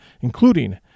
including